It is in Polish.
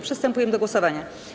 Przystępujemy do głosowania.